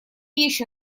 еще